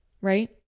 right